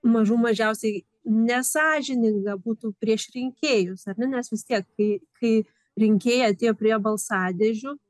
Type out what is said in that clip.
mažų mažiausiai nesąžininga būtų prieš rinkėjus ar ne nes vis tiek kai kai rinkėjai atėjo prie balsadėžių